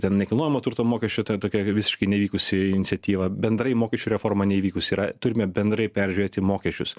ten nekilnojamo turto mokesčiu ten tokie jie visiškai nevykusi iniciatyva bendrai mokesčių reforma neįvykus yra turime bendrai peržiūrėti mokesčius